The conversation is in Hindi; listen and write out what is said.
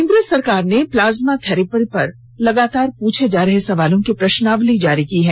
केन्द्र सरकार ने प्लाज्मा थेरेपी पर लगातार पूछे जा रहे सवालों की प्रश्नावली जारी की है